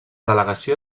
delegació